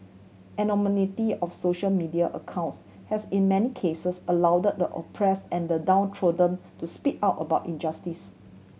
of social media accounts has in many cases allowed the oppressed and the downtrodden to speak out about injustice